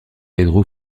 pedro